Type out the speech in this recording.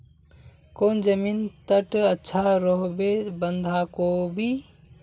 कौन जमीन टत अच्छा रोहबे बंधाकोबी?